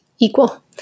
equal